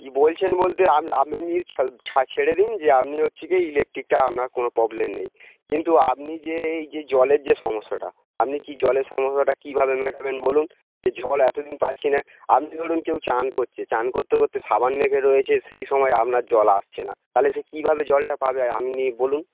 কী বলছেন বলতে আপনি ছেড়ে দিন যে আমনি হচ্ছে কি ইলেকট্রিকটা আপনার কোনো প্রবলেম নেই কিন্তু আপনি যে এই যে জলের যে সমস্যাটা আপনি কি জলের সমস্যাটা কীভাবে মেটাবেন বলুন যে জল এতদিন পাচ্ছি না আপনি ধরুন কেউ স্নান করছে স্নান করতে করতে সাবান মেখে রয়েছে সেই সময় আপনার জল আসছে না তাহলে সে কীভাবে জলটা পাবে আপনি বলুন